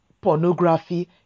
pornography